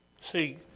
See